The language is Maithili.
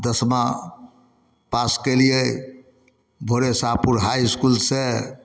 दसमाँ पास केलियै भोरे सापुर हाइ इसकुल से